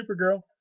Supergirl